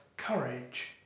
courage